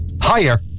Higher